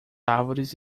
árvores